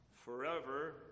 forever